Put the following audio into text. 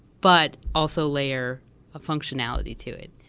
but also layer a functionality to it.